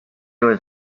was